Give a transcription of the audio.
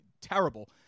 terrible